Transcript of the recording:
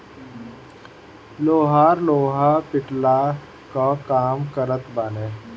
लोहार लोहा पिटला कअ काम करत बाने